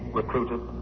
recruited